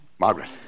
Margaret